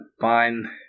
fine